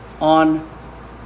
on